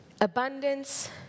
Abundance